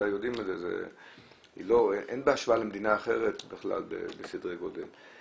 אין בהשוואה למדינה אחרת בסדרי גודל.